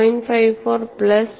54 plus